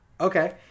okay